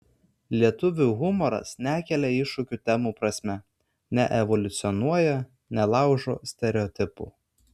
lietuvių humoras nekelia iššūkių temų prasme neevoliucionuoja nelaužo stereotipų